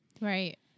Right